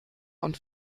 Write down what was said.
und